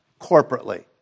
corporately